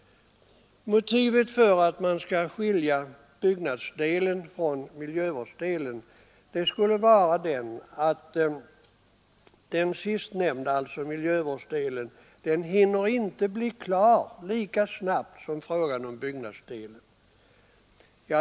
Motivet för att skilja byggnadsdelen från miljövårdsdelen skulle vara att frågan om den sistnämnda inte hinner bli klar lika snabbt som frågan om byggnadsdelen.